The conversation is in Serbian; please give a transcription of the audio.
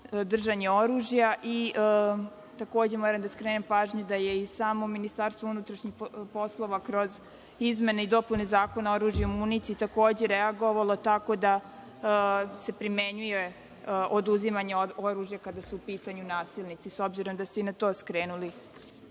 držanje oružja. Takođe moram da skrenem pažnju da je i samo Ministarstvo unutrašnjih poslova kroz izmene i dopune Zakona o oružju i municiji takođe reagovalo tako da se primenjuje oduzimanje oružja kada su u pitanju nasilnici, s obzirom da ste i na to skrenuli